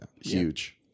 Huge